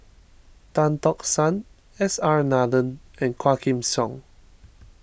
Tan Tock San S R Nathan and Quah Kim Song